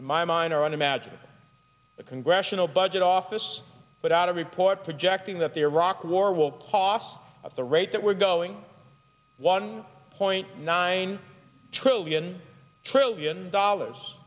in my mind are unimaginable the congressional budget office put out a report projecting that the iraq war will cost of the rate that we're going one point nine trillion trillion dollars